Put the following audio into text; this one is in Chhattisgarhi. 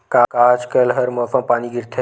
का आज कल हर मौसम पानी गिरथे?